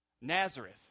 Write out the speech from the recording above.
Nazareth